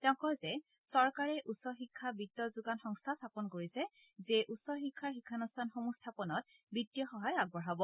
তেওঁ কয় যে চৰকাৰে উচ্চ শিক্ষা বিত্ত যোগান সংস্থা স্থাপন কৰিছে যিয়ে উচ্চ শিক্ষাৰ শিক্ষানুষ্ঠান স্থাপনত বিত্তীয় সহায় আগবঢ়াব